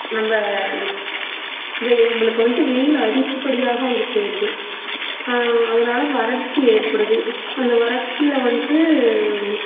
நம்ம நம்மளுக்கு வந்துட்டு வெயில் அதிகப்படியாக வந்து சேருது அதனால் வறட்சி ஏற்படுது அந்த வறட்சியில் வந்துட்டு